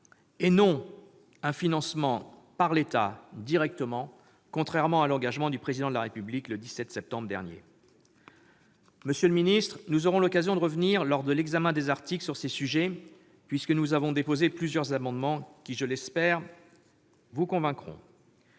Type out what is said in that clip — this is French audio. financé directement par l'État, conformément à l'engagement pris par le Président de la République le 17 septembre dernier. Monsieur le ministre, nous aurons l'occasion de revenir lors de l'examen des articles sur ces sujets puisque nous avons déposé plusieurs amendements, qui, je l'espère, vous convaincront.